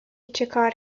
چکار